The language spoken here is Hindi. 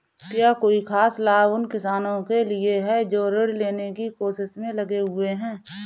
क्या कोई खास लाभ उन किसानों के लिए हैं जो ऋृण लेने की कोशिश में लगे हुए हैं?